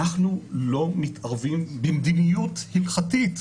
אנחנו לא מתערבים במדיניות הלכתית,